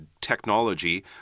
technology